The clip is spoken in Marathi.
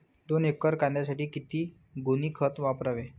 दोन एकर कांद्यासाठी किती गोणी खत वापरावे?